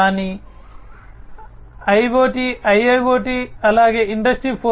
కానీ IoT IIoT అలాగే industry 4